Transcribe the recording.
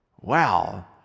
Wow